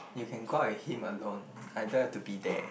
you can go out with him alone I don't have to be there